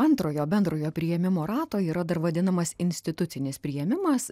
antrojo bendrojo priėmimo rato yra dar vadinamas institucinis priėmimas